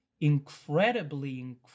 incredibly